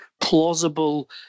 plausible